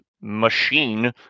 machine